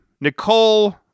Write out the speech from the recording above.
Nicole